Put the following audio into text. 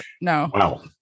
no